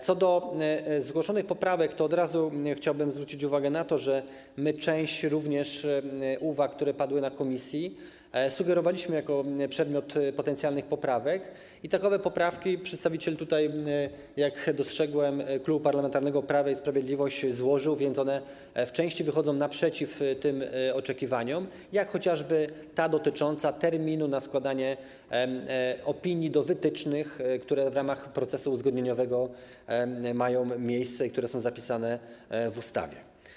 Co do zgłoszonych poprawek to od razu chciałbym zwrócić uwagę na to, że my w przypadku części uwag, które padły na posiedzeniu komisji, sugerowaliśmy, żeby stały się przedmiotem potencjalnych poprawek, i takowe poprawki przedstawiciel, jak dostrzegłem, Klubu Parlamentarnego Prawo i Sprawiedliwość złożył, więc one w części wychodzą naprzeciw tym oczekiwaniom, jak chociażby ta dotycząca terminu składania opinii o wytycznych, które w ramach procesu uzgodnieniowego mają miejsce i które są zapisane w ustawie.